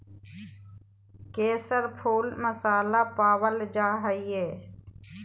केसर फुल मसाला पावल जा हइ